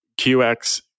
QX